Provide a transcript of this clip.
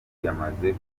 yamaze